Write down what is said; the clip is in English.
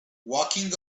walking